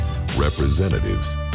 representatives